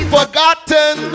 forgotten